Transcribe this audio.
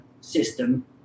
system